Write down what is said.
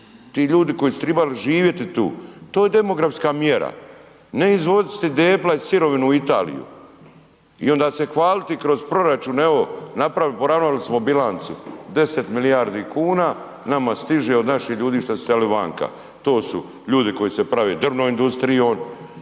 ti ljudi koji su tribali živjeti tu, to je demografska mjera, ne izvoziti debla i sirovinu u Italiju i onda se hvaliti kroz proračun evo napravili, poravnali smo bilancu, 10 milijardi kuna nama stiže od naših ljudi što su iselili vanka. To su ljudi koji se prave drvnom industrijom,